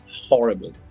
horrible